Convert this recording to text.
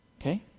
Okay